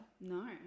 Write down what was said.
No